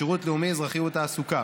בשירות לאומי-אזרחי ובתעסוקה,